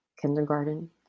kindergarten